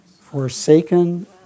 Forsaken